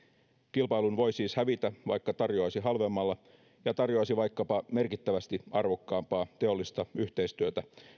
kilpailun voi siis hävitä vaikka tarjoaisi halvemmalla ja tarjoaisi vaikkapa merkittävästi arvokkaampaa teollista yhteistyötä